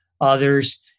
others